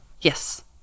yes